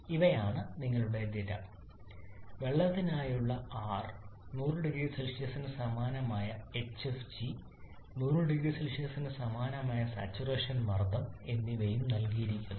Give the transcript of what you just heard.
ഇവയാണ് നിങ്ങളുടെ ഡാറ്റ വെള്ളത്തിനായുള്ള R 100 0C ന് സമാനമായ hfg 100 0C ന് സമാനമായ സാച്ചുറേഷൻ മർദ്ദം എന്നിവയും നൽകിയിരിക്കുന്നു